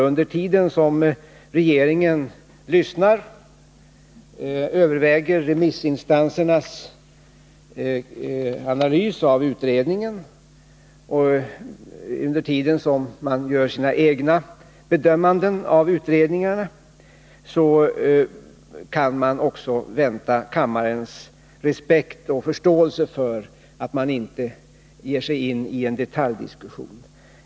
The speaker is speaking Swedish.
Under tiden som regeringen lyssnar, överväger remissinstansernas analys av utredningen och gör sina egna bedömanden av utredningar, så kan man också vänta kammarens respekt och förståelse för att man inte ger sig in i en detaljdiskussion.